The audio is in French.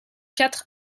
quatre